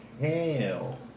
hell